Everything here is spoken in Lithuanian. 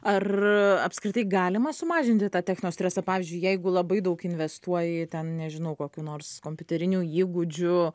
ar apskritai galima sumažinti tą techno stresą pavyzdžiui jeigu labai daug investuoji ten nežinau kokių nors kompiuterinių įgūdžių